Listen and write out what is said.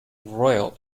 royal